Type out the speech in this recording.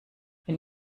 wenn